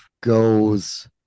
goes